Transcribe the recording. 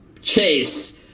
chase